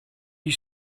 you